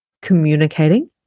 Communicating